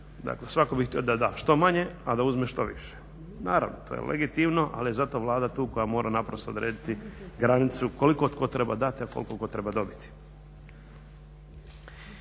Dakle svatko bi htio da da što manje, a da uzme što više. Naravno, to je legitimno ali je zato Vlada tu koja mora naprosto odrediti granicu koliko tko treba dati, a koliko tko treba dobiti.